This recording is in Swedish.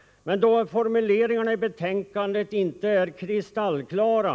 Men formuleringarna i betänkandet är inte kristallklara.